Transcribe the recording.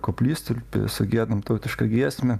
koplytstulpį sugiedam tautišką giesmę